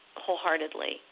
wholeheartedly